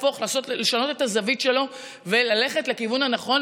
לשנות את הזווית שלו וללכת לכיוון הנכון